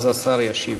אז השר ישיב.